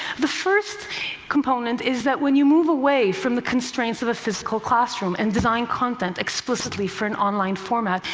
the first component is that when you move away from the constraints of a physical classroom and design content explicitly for an online format,